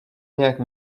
nějak